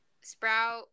Sprout